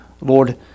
Lord